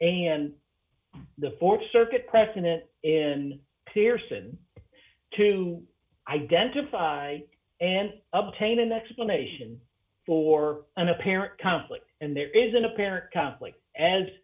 n the th circuit precedent in pearson to identify and obtain an explanation for an apparent conflict and there is an apparent conflict as